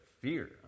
fear